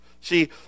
See